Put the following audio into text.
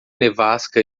nevasca